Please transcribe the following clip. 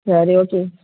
சரி ஓகே